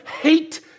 hate